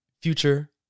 future